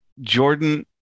Jordan